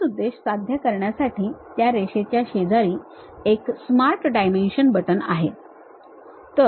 हाच उद्देश साध्य करण्यासाठी त्या रेषेच्या शेजारी एक Smart Dimension बटण आहे